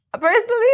personally